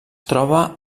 troba